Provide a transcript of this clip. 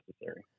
necessary